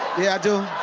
yeah, i do.